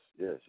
yes